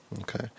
Okay